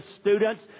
students